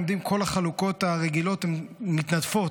כל החלוקות הרגילות מתנדפות.